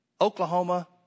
Oklahoma